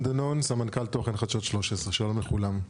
רותם דנון, סמנכ"ל תוכן חדשות 13. שלום לכולם,